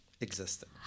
existed